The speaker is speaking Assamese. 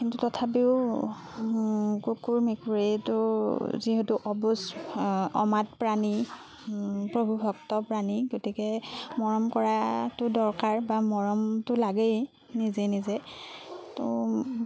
কিন্তু তথাপিও কুকুৰ মেকুৰী এইটো যিহেতু অবুজ অমাত প্ৰাণী প্ৰভুভক্ত প্ৰাণী গতিকে মৰম কৰাতো দৰকাৰ বা মৰমতো লাগেই নিজে নিজে ত'